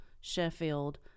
Sheffield